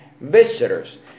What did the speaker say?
visitors